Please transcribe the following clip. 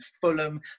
Fulham